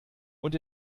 und